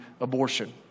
abortion